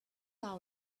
out